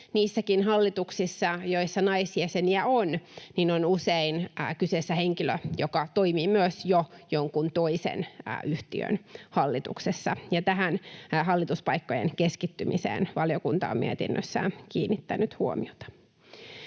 niissäkin hallituksissa, joissa naisjäseniä on, on usein kyseessä henkilö, joka toimii myös jo jonkin toisen yhtiön hallituksessa, ja tähän hallituspaikkojen keskittymiseen valiokunta on mietinnössään kiinnittänyt huomiota.